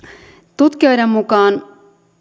tutkijoiden mukaan